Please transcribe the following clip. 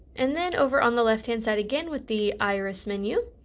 and then over on the left hand side again with the iris menue